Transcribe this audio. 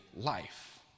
life